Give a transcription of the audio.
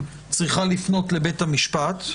המשטרה צריכה לפנות לבית המשפט,